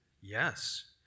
yes